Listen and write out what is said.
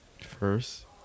First